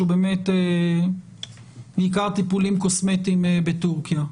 שהוא בעיקר טיפולים קוסמטיים בטורקיה?